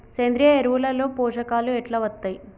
సేంద్రీయ ఎరువుల లో పోషకాలు ఎట్లా వత్తయ్?